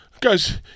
Guys